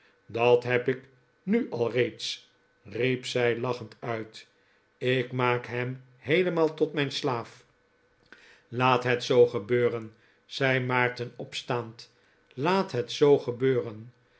dat heb ik nu al steeds riep zij lachend uit ik maak hem heelemaal tot mijn slaaf laat het zoo gebeuren zei maarten opstaand laat het zoo gebeuren